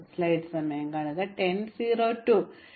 ഇപ്പോൾ കത്തിക്കാനുള്ള ഒരേയൊരു ലംബങ്ങൾ യഥാർത്ഥത്തിൽ 3 ഉം 4 ഉം ആണ്